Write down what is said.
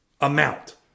amount